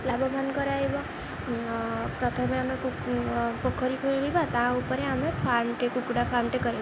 ଲାଭବାନ କରିବ ପ୍ରଥମେ ଆମେ ପୋଖରୀ ଖୋଳିବା ତା ଉପରେ ଆମେ ଫାର୍ମଟେ କୁକୁଡ଼ା ଫାର୍ମଟେ କରିବା